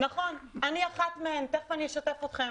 נכון, אני אחת מהם, ותיכף אשתף אתכם.